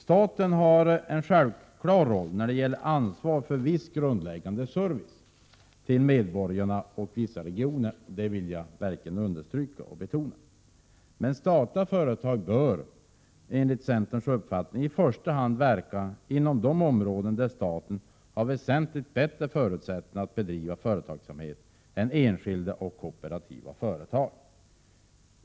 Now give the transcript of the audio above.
Staten har en självklar roll när det gäller ansvar för viss grundläggande service till medborgarna och till vissa regioner, det vill jag starkt betona. Men statliga företag bör, enligt centerns uppfattning, i första hand verka inom de områden där staten har väsentligt bättre förutsättningar att bedriva företagsamhet än enskilda och kooperativa företag.